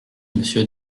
monsieur